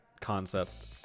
concept